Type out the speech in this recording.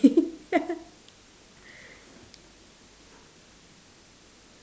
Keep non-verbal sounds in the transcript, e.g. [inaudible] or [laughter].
[laughs]